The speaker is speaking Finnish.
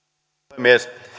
puhemies